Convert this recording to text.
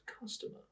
customer